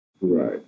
right